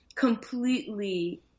completely